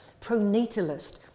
pronatalist